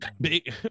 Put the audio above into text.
Big